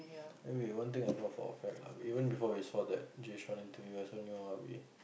anyway one thing I know for a fact lah even before we saw that interview I just know that we